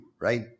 right